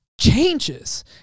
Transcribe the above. changes